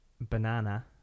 banana